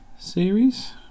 series